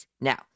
Now